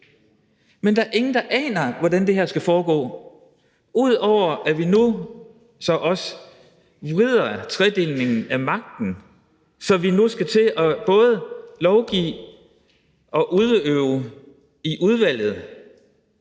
Men der er ingen, der aner, hvordan det her skal foregå, ud over at vi nu så også vrider tredelingen af magten, så vi nu skal til både at lovgive og udøve i udvalget.